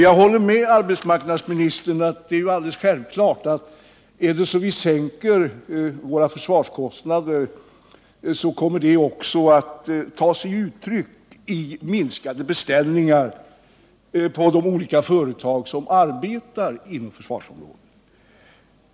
Jag håller med arbetsmarknadsministern om att det är alldeles självklart att om vi sänker våra försvarskostnader, så kommer det också att ta sig uttryck i minskade beställningar till de olika företag som arbetar inom försvarsområdet.